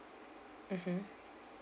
mmhmm